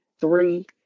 three